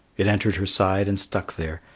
it entered her side and stuck there,